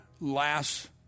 last